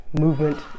Movement